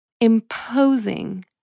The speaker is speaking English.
imposing